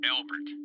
Albert